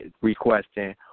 requesting